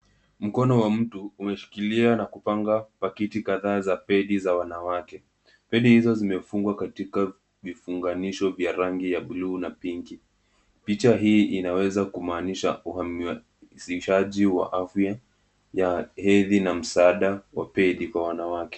Mkono wa mtu umeshikilia na kupanga pakiti kadhaa za pedi za wanawake. Pedi hizo zimefungwa katika vifunganisho vya rangi ya bluu na pinki. Picha hii inaweza kumaanisha uhamasishaji wa afya ya hedhi na msaada wa pedi kwa wanawake.